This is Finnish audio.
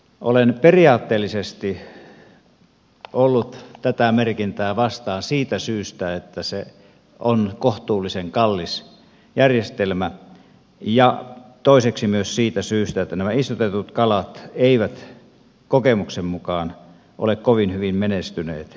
olen periaatteellisesti ollut tätä merkintää vastaan siitä syystä että se on kohtuullisen kallis järjestelmä ja toiseksi myös siitä syystä että nämä istutetut kalat eivät kokemuksen mukaan ole kovin hyvin menestyneet itämeressä